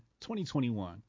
2021